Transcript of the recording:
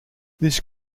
this